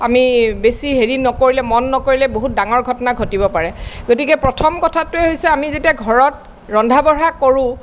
আমি বেছি হেৰি নকৰিলে মন নকৰিলে বহুত ডাঙৰ ঘটনা ঘটিব পাৰে গতিকে প্ৰথম কথাটোৱেই হৈছে আমি যেতিয়া ঘৰত ৰন্ধা বঢ়া কৰোঁ